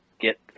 get